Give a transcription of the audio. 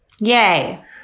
Yay